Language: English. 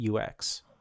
UX